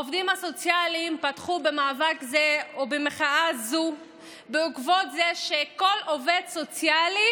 העובדים הסוציאליים פתחו במאבק זה ובמחאה זו בעקבות זה שכל עובד סוציאלי